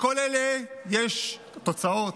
לכל אלה יש תוצאות.